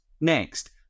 next